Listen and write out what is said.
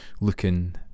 looking